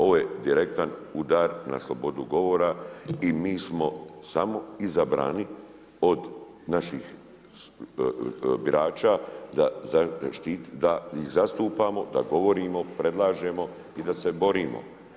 Ovo je direktan udar na slobodu govora i mi smo samo izabrani od naših birača da ih zastupamo, da govorimo, predlažemo i da se borimo.